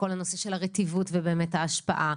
כל נושא הרטיבות וההשפעה.